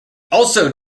also